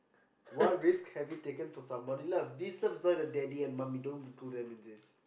what risk have you taken for someone you love please exclude daddy and mummy don't include them in this